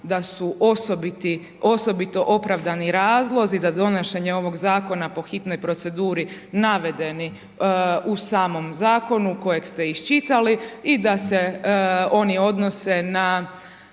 osobito opravdani razlozi za donošenje ovog Zakona po hitnoj proceduri navedeni u samom Zakonu kojeg ste isčitali, i da se oni odnose na